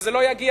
וזה לא יגיע.